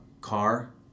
car